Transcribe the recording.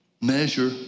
measure